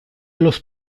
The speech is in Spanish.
los